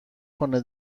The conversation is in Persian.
کنه